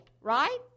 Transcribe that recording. right